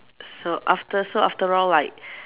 so after so after all like